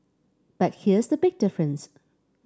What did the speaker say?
but here's the big difference